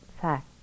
fact